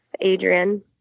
Adrian